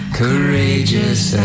courageous